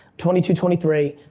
twenty two, twenty three,